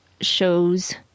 shows